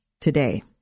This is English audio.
today